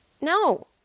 No